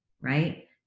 right